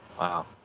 Wow